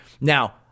Now